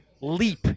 leap